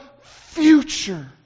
future